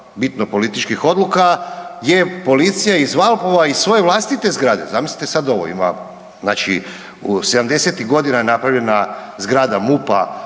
bitno političkih odluka je policija iz Valpova iz svoje vlastite zgrade, zamislite sad ovo, ima, znači 70.-tih godina je napravljena zgrada MUP-a